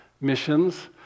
missions